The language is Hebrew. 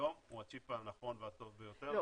היום הוא הצ'יפ הנכון והטוב ביותר,